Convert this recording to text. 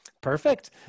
Perfect